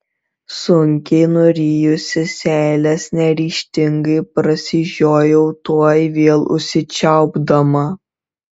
sunkiai nurijusi seiles neryžtingai prasižiojau tuoj vėl užsičiaupdama